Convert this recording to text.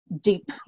deep